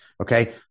Okay